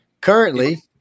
currently